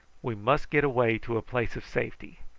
we must get away to a place of safety,